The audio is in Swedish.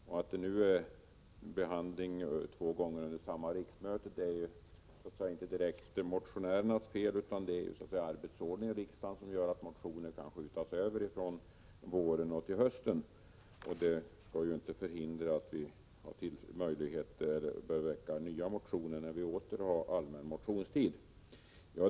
Och att frågorna behandlas två gånger under samma riksmöte är inte direkt motionärernas fel, utan det är arbetsordningen i riksdagen som gör att motioner kan skjutas över från våren till hösten. Det skall ju inte hindra oss att väcka nya motioner när vi åter har allmän motionstid.